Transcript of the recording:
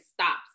stops